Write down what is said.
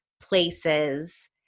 places